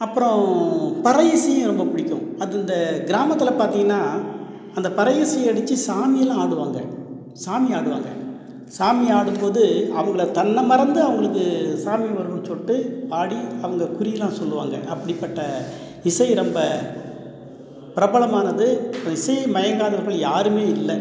அப்புறம் பறை இசையும் ரொம்ப புடிக்கும் அது இந்த கிராமத்தில் பாத்தீங்கன்னா அந்தப் பறையை இசைய அடித்து சாமிலாம் ஆடுவாங்கள் சாமி ஆடுவாங்கள் சாமி ஆடும்போது அவங்கள தன்னை மறந்து அவங்களுக்கு சாமி வரும்னு சொல்லிட்டு ஆடி அவங்க குறிலாம் சொல்லுவாங்கள் அப்படிப்பட்ட இசை ரொம்ப பிரபலமானது இசையில் மயங்காதவர்கள் யாருமே இல்லை